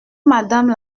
madame